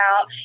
out